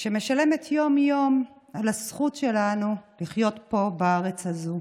שמשלמת יום-יום על הזכות שלנו לחיות פה בארץ הזאת.